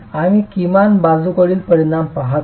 आम्ही किमान बाजूकडील परिमाण पहात आहोत